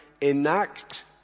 enact